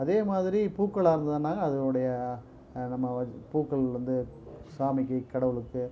அதே மாதிரி பூக்களாக இருந்துதுனால் அதுவுடைய நம்ம பூக்கள் வந்து சாமிக்கு கடவுளுக்கு